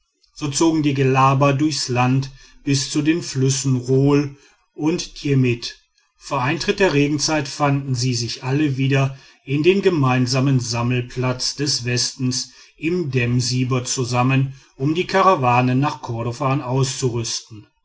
so zogen die gellaba durchs land bis zu den flüssen rohl und djemit vor eintritt der regenzeit fanden sie sich alle wieder in dem gemeinsamen sammelplatz des westens in dem siber zusammen um die karawane nach kordofan auszurüsten